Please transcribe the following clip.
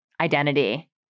identity